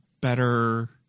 better